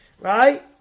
Right